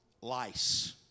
lice